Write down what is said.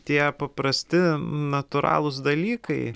tie paprasti natūralūs dalykai